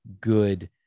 good